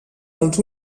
els